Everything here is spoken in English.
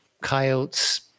coyotes